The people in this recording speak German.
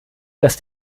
dass